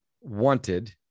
wanted